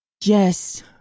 yes